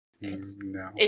No